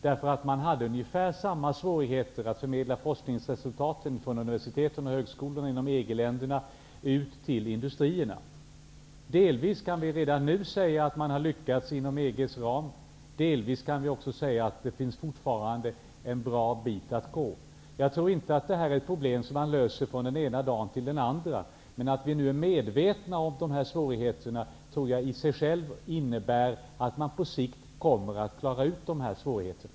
Man hade i EG länderna ungefär samma svårigheter som vi har i Sverige att förmedla forskningsresultaten från universiteten och högskolorna ut i industrierna. Delvis kan vi redan nu se att man har lyckats inom EG:s ram, delvis kan vi se att det fortfarande återstår en bra bit att gå. Jag tror inte att det här är ett problem som man löser från den ena dagen till den andra, men att vi nu är medvetna om svårigheterna tror jag i sig självt innebär att man på sikt kommer att klara ut dem.